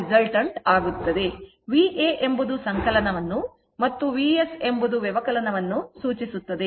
VA ಎಂಬುದು ಸಂಕಲನವನ್ನು ಮತ್ತು Vs ಎಂಬುದು ವ್ಯವಕಲನವನ್ನು ಸೂಚಿಸುತ್ತದೆ